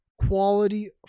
quality